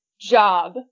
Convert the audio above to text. job